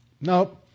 nope